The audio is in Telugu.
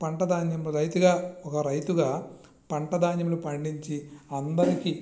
పంట ధాన్యము రైతుగా ఒక రైతుగా పంట ధాన్యములు పండించి అందరికి